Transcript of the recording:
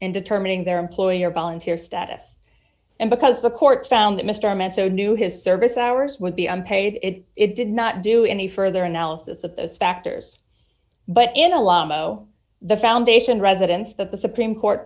in determining their employer volunteer status and because the court found that mr mesereau knew his service hours would be unpaid if it did not do any further analysis of those factors but in a llama zero the foundation residence of the supreme court